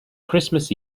christmas